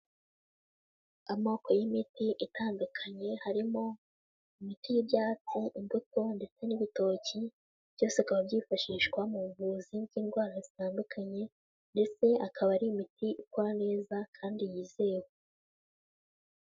Amoko y'imiti itandukanye, harimo imiti y'ibyatsi, imbuto ndetse n'ibitoki, byose bikaba byifashishwa mu buvuzi bw'indwara zitandukanye ndetse akaba ari imiti igwa neza kandi yizewe.